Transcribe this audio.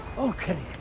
okay.